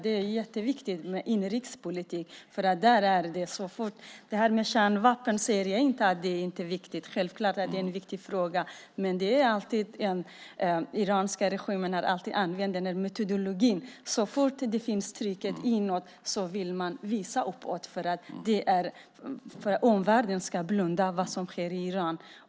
Det är jätteviktigt med inrikespolitik. Jag ser inte att frågan om kärnvapen inte är viktig. Självklart är det en viktig fråga. Men den iranska regimen har alltid använt den metodologin: Så fort det finns ett tryck inåt vill man visa upp något för att omvärlden ska blunda för vad som sker i Iran.